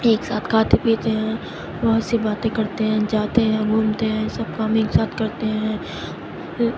ایک ساتھ کھاتے پیتے ہیں بہت سی باتیں کرتے ہیں جاتے ہیں گھومتے ہیں سب کام ایک ساتھ کرتے ہیں پھر